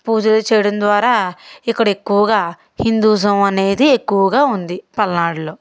పూజలు చేయడం ద్వారా ఇక్కడ ఎక్కువగా హిందూజం అనేది ఎక్కువగా ఉంది పల్నాడులో